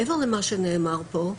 מעבר למה שנאמר פה,